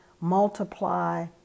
multiply